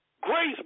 Grace